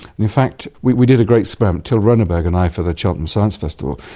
in fact we we did a great experiment, till roenneberg and i, for the cheltenham science festival.